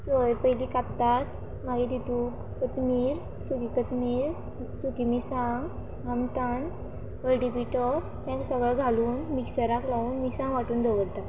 सोय पयलीं कांत्तात मागीर तातूंत कोथमीर सुकी कोथमीर सुकी मिरसांग आमटाण हळडी पिटो हें सगळें घालून मिक्सराक लावून मिरसांग वांटून दवरतात